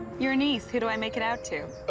your niece. who do i make it out to?